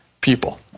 people